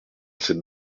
cette